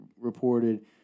reported